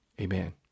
amen